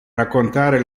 raccontare